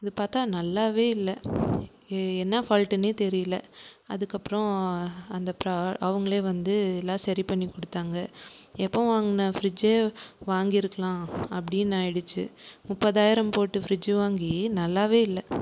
அது பார்த்தா நல்லாவே இல்லை என்னா ஃபால்ட்டுன்னே தெரியல அதுக்கப்புறம் அந்த ப்ரா அவங்களே வந்து எல்லாம் சரிப்பண்ணி கொடுத்தாங்க எப்பவும் வாங்குன ஃப்ரிட்ஜே வாங்கியிருக்கலாம் அப்படின்னு ஆகிடுச்சு முப்பதாயிரம் போட்டு ஃப்ரிட்ஜு வாங்கி நல்லவே இல்ல